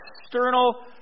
external